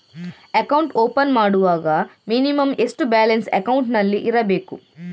Account open ಮಾಡುವಾಗ minimum ಎಷ್ಟು balance ಅಕೌಂಟಿನಲ್ಲಿ ಇರಬೇಕು?